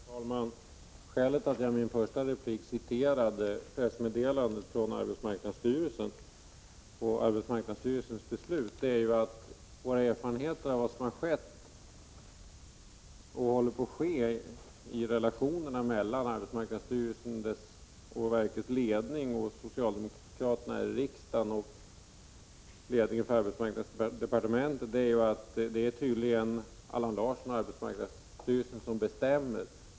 Herr talman! Skälet till att jag i min första replik citerade pressmeddelandet från arbetsmarknadsstyrelsen och arbetsmarknadsstyrelsens beslut är våra erfarenheter av vad som har skett och håller på att ske i relationerna mellan arbetsmarknadsstyrelsens ledning, socialdemokraterna i riksdagen och ledningen för arbetsmarknadsdepartementet, nämligen att det är Allan Larsson, arbetsmarknadsstyrelsens chef, som bestämmer.